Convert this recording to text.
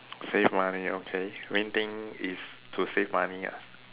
save money okay main thing is to save money ah